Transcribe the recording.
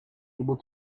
able